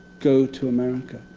go to america.